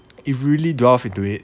it really dwarf into it